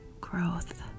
growth